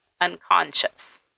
unconscious